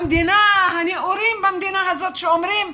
הנאורים במדינה הזאת שאומרים,